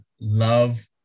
love